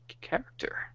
character